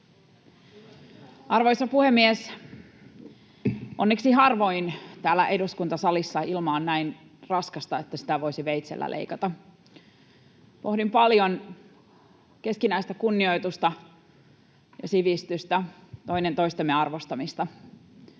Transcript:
Arvoisa puhemies! Onneksi harvoin täällä eduskuntasalissa ilma on näin raskasta, että sitä voisi veitsellä leikata. Pohdin paljon keskinäistä kunnioitusta ja sivistystä, toinen toistemme arvostamista.